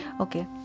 Okay